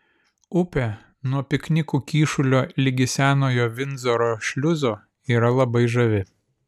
upė nuo piknikų kyšulio ligi senojo vindzoro šliuzo yra labai žavi